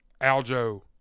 Aljo